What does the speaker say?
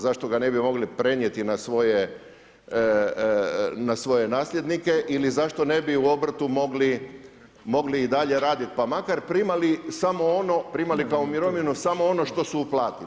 Zašto ga ne bi mogli prenijeti na svoje nasljednike ili zašto ne bi u obrtu mogli, mogli i dalje raditi pa makar primali samo ono, primali kao mirovinu samo ono što su uplatili.